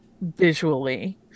visually